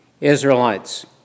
Israelites